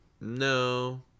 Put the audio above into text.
no